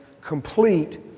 complete